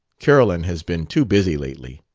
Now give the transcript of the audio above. carolyn has been too busy lately.